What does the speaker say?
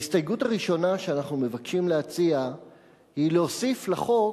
ההסתייגות הראשונה שאנחנו מבקשים להציע היא להוסיף לחוק,